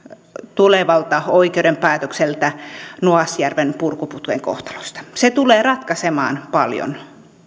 tulevalta oikeuden päätökseltä nuasjärven purkuputken kohtalosta se tulee ratkaisemaan paljon